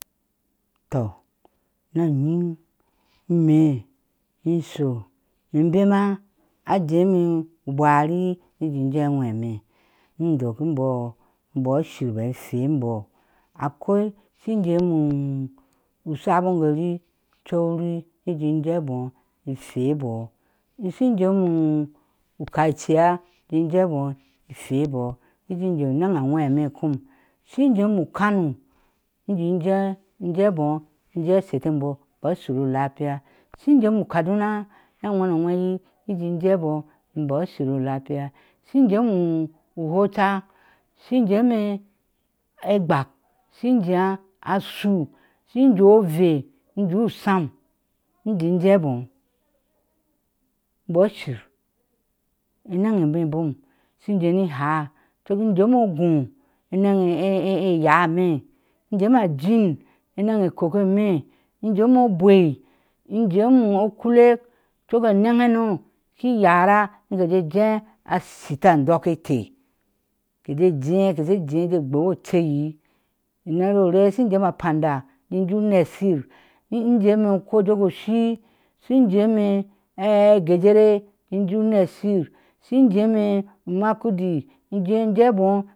Toh unyin ime ishu inbeme ajeme i bweri ni inji je a ŋwe ama ni dak imbɔo imjɔɔ ashor infe imbɔɔ, akwa shin jemu u sabon gari coŋ ni jee jee bɔɔ ni jee anaŋ awe me kon in shin jemu u kano in ji jee in jebɔɔ in jee asheta embɔɔ, ashir ulafia, shin jemu kaduna, neaŋwe aŋweyir jebɔɔ imbɔɔ ashir ulabas shin jemu uhucha shin jemee egbak shin jeye ashu shin jee ovɛɛ injee usham inje jee bɔɔ bɔɔ shir anaŋa bubum shi jee ni haa tuŋinjeme ogwo anaŋ inyaa me i jeme aliin anaŋ kako eme i jeme ajwei ni in jeme okulek cok aweŋ hano shin yara je jin jee aseta radoketee, keji jéé keshe je je gbokpaacheyi ibwe iree shin jeme apanda injee uneshir nu góo jeme akojok o shiishin jeme na aɛi gajere inje unashir shin jeme a umakudi inti jebɔɔ.